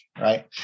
Right